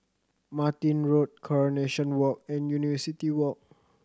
Martin Road Coronation Walk and University Walk